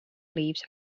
leaves